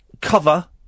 Cover